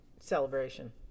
Celebration